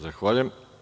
Zahvaljujem.